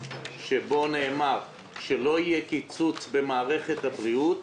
שבו נאמר שלא יהיה קיצוץ במערכת הבריאות,